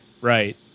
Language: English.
right